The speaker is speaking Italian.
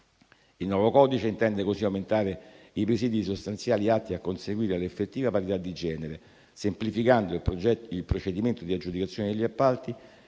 Il nuovo codice intende così aumentare i presidi sostanziali atti a conseguire l'effettiva parità di genere, semplificando il procedimento di aggiudicazione degli appalti,